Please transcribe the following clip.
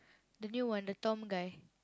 the new one the Tom guy